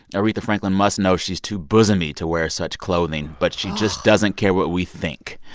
aretha franklin must know she's too bosomy to wear such clothing, but she just doesn't care what we think.